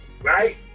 Right